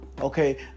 okay